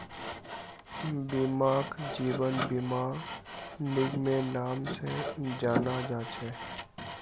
बीमाक जीवन बीमा निगमेर नाम से जाना जा छे